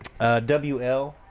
WL